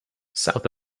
south